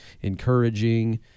encouraging